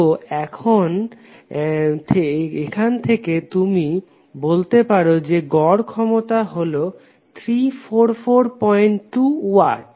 তো এখান থেকে তুমি বলতে পারো যে গড় ক্ষমতা হলো 3442 ওয়াট